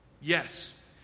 Yes